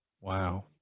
Wow